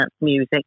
music